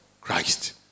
Christ